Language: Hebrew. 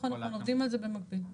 אנחנו עובדים על זה במקביל.